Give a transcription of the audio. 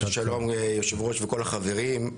שלום ליושב-ראש וכל החברים.